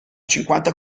cinquanta